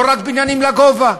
לא רק בניינים לגובה,